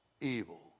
Evil